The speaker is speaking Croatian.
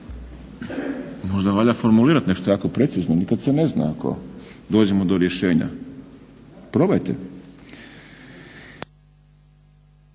Možda valja formulirati nešto jako precizno, nikad se ne zna ako dođemo do rješenja, probajte.